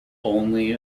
only